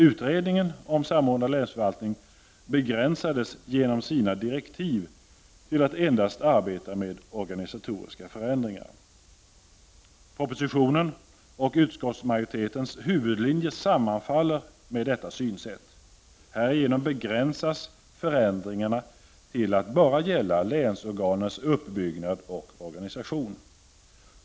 Utredningen om samordnad länsförvaltning begränsades genom sina direktiv till att endast arbeta med organisatoriska förändringar. Propositionen och utskottsmajoritetens huvudlinje sammanfaller med detta synsätt. Härigenom begränsas förändringarna till att enbart gälla länsorganens uppbyggnad och organisation.